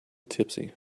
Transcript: tipsy